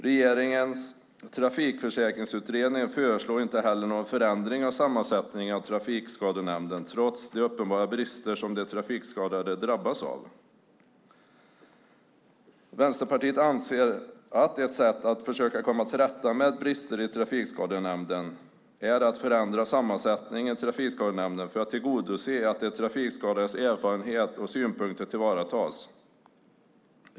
Regeringens trafikförsäkringsutredning föreslår inte heller någon förändring av Trafikskadenämndens sammansättning trots de uppenbara brister som de trafikskadade drabbas av. Vänsterpartiet anser att ett sätt att försöka komma till rätta med brister i Trafikskadenämnden är att förändra Trafikskadenämndens sammansättning för att tillgodose att de trafikskadades erfarenheter och synpunkter tillvaratas.